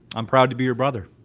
i'm proud to be her brother.